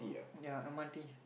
ya M_R_T